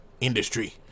industry